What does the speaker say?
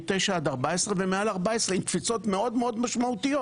מ-9 עד 14 ומעל 14 עם קפיצות מאוד מאוד משמעותיות.